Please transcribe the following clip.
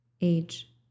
age